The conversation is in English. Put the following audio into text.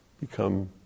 become